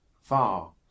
far